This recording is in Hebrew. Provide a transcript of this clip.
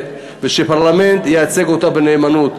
הנציג שלה בפרלמנט ייצג אותה בנאמנות.